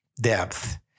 depth